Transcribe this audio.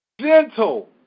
gentle